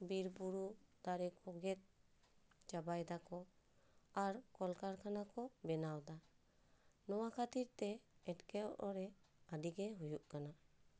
ᱵᱤᱨ ᱵᱩᱨᱩ ᱫᱟᱨᱮ ᱠᱚ ᱜᱮᱫ ᱪᱟᱵᱟᱭ ᱫᱟᱠᱚ ᱟᱨ ᱠᱚᱞᱠᱟᱨᱠᱷᱟᱱᱟ ᱠᱚ ᱵᱮᱱᱟᱣ ᱮᱫᱟ ᱱᱚᱣᱟ ᱠᱷᱟᱹᱛᱤᱨ ᱛᱮ ᱮᱴᱠᱮ ᱴᱚᱲᱮ ᱟᱹᱰᱤᱜᱮ ᱦᱩᱭᱩᱜ ᱠᱟᱱᱟ